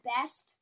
best